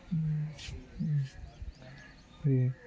ఇది